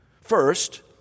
First